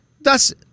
thus